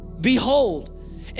behold